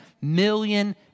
million